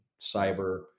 cyber